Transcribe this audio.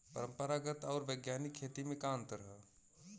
परंपरागत आऊर वैज्ञानिक खेती में का अंतर ह?